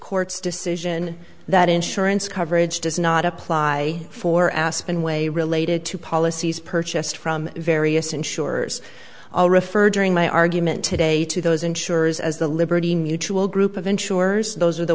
court's decision that insurance coverage does not apply for aspen way related to policies purchased from various insurers i'll refer during my argument today to those insurers as the liberty mutual group of insurers those are the